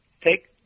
take